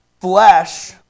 Flesh